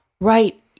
Right